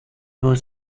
was